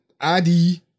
ID